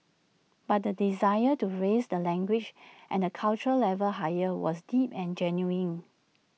but the desire to raise the language and cultural levels higher was deep and genuine